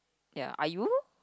ya are you